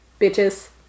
Bitches